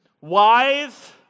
wise